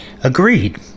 Agreed